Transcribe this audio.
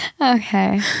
Okay